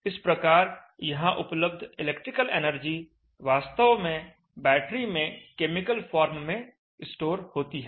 इस प्रकार यहां उपलब्ध इलेक्ट्रिकल एनर्जी वास्तव में बैटरी में केमिकल फॉर्म में स्टोर होती है